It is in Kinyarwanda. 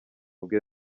bwe